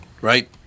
right